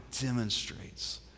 demonstrates